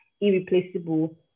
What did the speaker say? irreplaceable